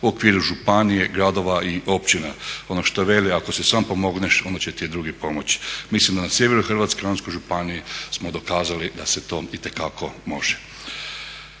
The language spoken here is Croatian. u okviru županije, gradova i općina. Ono što veli, ako si sam pomogneš, onda će ti i drugi pomoći. Mislim da na sjeveru Hrvatske u …/Govornik se ne razumije./… županiji smo dokazali da se to itekako može.